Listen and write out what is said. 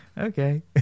Okay